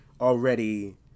already